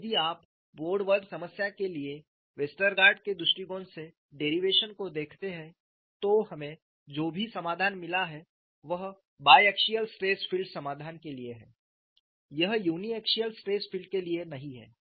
यदि आप mode I समस्या के लिए वेस्टरगार्ड के दृष्टिकोण से डेरिवेशन को देखते हैं तो हमें जो भी समाधान मिला है वह बायएक्सिअल स्ट्रेस फील्ड समाधान के लिए है यह यूनिएक्सिअल स्ट्रेस फील्ड के लिए नहीं है